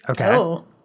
Okay